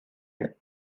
air